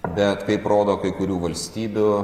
bet kaip rodo kai kurių valstybių